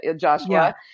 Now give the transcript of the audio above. Joshua